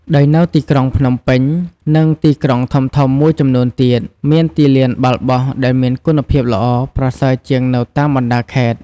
ដោយនៅទីក្រុងភ្នំពេញ និងទីក្រុងធំៗមួយចំនួនទៀត មានទីលានបាល់បោះដែលមានគុណភាពល្អប្រសើរជាងនៅតាមបណ្ដាខេត្ត។